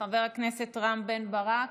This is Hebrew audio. חבר הכנסת רם בן ברק,